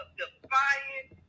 defiant